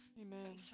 Amen